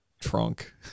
trunk